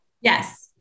Yes